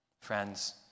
Friends